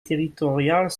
territoriales